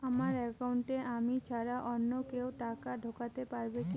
আমার একাউন্টে আমি ছাড়া অন্য কেউ টাকা ঢোকাতে পারবে কি?